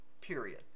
Period